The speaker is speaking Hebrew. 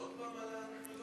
עוד פעם על המכללות?